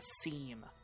seam